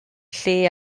lle